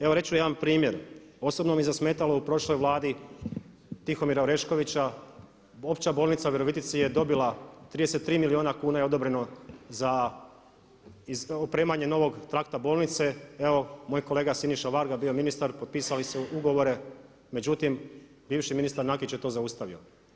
Evo reći ću jedan primjer, osobno mi je zasmetalo u prošloj Vladi Tihomira Oreškovića opća bolnica u Virovitici je dobila 33 milijuna kuna je odobreno za opremanje novog trakta bolnice evo moj kolega Siniša Varga bio je ministar, potpisali su ugovore, međutim bivši ministar Nakić je to zaustavio.